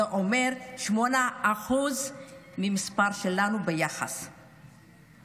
זה אומר 8% מהמספר היחסי שלנו.